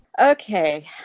okay